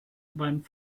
beim